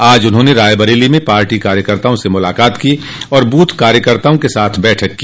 आज उन्होंने रायबरेली में पार्टी कार्यकर्ताओं से मुलाकात की और बूथ कार्यकर्ताओ के साथ बैठक की